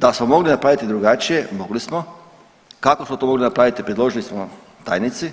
Da smo mogli napraviti drugačije, mogli smo, kako smo to mogli napraviti predložili smo tajnici,